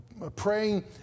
Praying